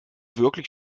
wirklich